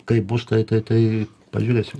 kaip bus tai tai tai pažiūrėsim